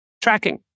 tracking